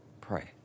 pray